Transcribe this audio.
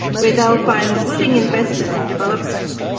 where they will find willing investors and developers.